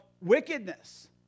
wickedness